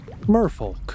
merfolk